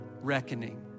reckoning